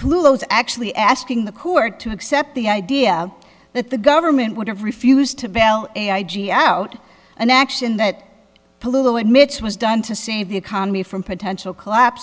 those actually asking the court to accept the idea that the government would have refused to bellow a i g out an action that pollute the admits was done to save the economy from potential collapse